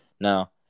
Now